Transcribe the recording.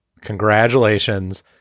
Congratulations